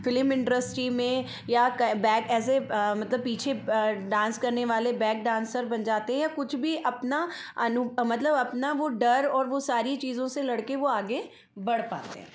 film industry में या back एज ए पीछे डांस करने वाले बैक डांसर बन जाते हैं कुछ भी अपना अनु मतलब अपना वो डर और वो सारी चीज़ों से लड़ कर वो आगे बढ़ पाते हैं